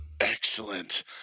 Excellent